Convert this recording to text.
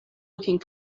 looking